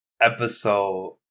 episode